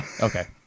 Okay